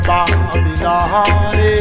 Babylon